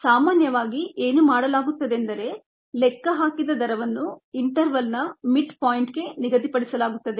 ಸಾಮಾನ್ಯವಾಗಿ ಏನು ಮಾಡಲಾಗುತ್ತದೆಂದರೆ ಲೆಕ್ಕಹಾಕಿದ ದರವನ್ನು ಇಂಟರ್ವಲ್ನ ಮಿಡ್ ಪಾಯಿಂಟ್ಗೆ ನಿಗದಿಪಡಿಸಲಾಗುತ್ತದೆ